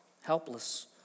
helpless